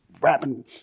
rapping